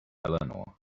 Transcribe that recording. eleanor